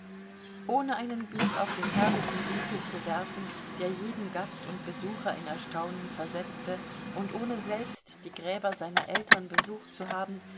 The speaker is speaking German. ohne einen blick auf den herrlichen winkel zu werfen der jeden gast und besucher in erstaunen versetzte ohne selbst die gräber seiner eltern besucht zu haben